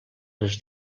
les